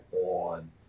on